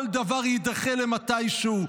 כל דבר יידחה למתישהו,